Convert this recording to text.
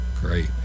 Great